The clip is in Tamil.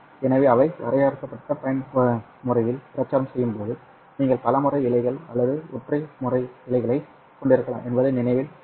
எனவே அவை வரையறுக்கப்பட்ட பயன்முறையில் பிரச்சாரம் செய்யும்போது நீங்கள் பல முறை இழைகள் அல்லது ஒற்றை முறை இழைகளைக் கொண்டிருக்கலாம் என்பதை நினைவில் கொள்க